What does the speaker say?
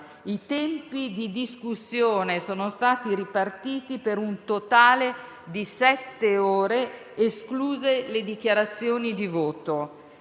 I tempi di discussione sono stati ripartiti per un totale di sette ore, escluse le dichiarazioni di voto.